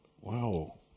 Wow